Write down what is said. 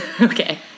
Okay